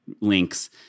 links